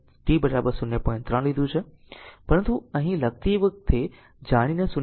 3 લીધું છે પરંતુ અહીં લખતી વખતે જાણીને 0